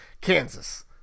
Kansas